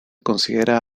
considera